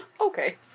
Okay